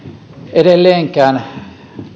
edelleenkään